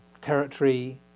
territory